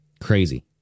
Crazy